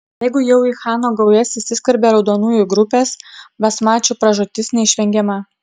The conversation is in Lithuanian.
jeigu jau į chano gaujas įsiskverbė raudonųjų grupės basmačių pražūtis neišvengiama